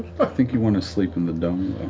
i think you want to sleep in the dome,